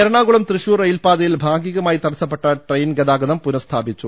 എറണാകുളം തൃശൂർ റെയിൽപാതയിൽ ഭാഗികമായി തട സ്സപ്പെട്ട ട്രെയിൻ ഗതാഗതം പുനഃസ്ഥാപ്പിച്ചു